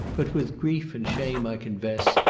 but with grief and shame i confess,